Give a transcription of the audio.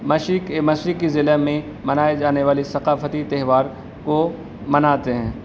مشرق مشرقی ضلع میں منائے جانے والی ثقافتی تہوار کو مناتے ہیں